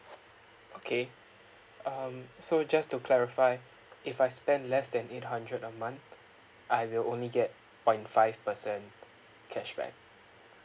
okay um so just to clarify if I spend less than eight hundred a month I will only get point five percent cashback